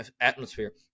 atmosphere